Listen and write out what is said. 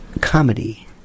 Comedy